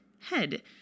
head